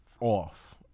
Off